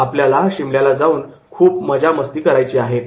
आपल्याला शिमल्याला जाऊन खूप मजा मस्ती करायची आहे